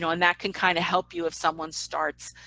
and that can kind of help you if someone starts